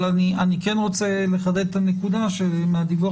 אבל אני כן רוצה לחדד את הנקודה שמהדיווח